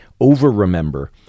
over-remember